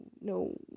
no